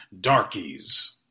darkies